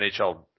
NHL